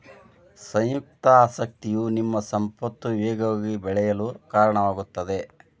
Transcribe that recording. ಸಂಯುಕ್ತ ಆಸಕ್ತಿಯು ನಿಮ್ಮ ಸಂಪತ್ತು ವೇಗವಾಗಿ ಬೆಳೆಯಲು ಕಾರಣವಾಗುತ್ತದೆ